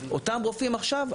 אותם רופאים עכשיו,